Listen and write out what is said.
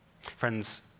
Friends